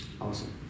Awesome